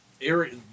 area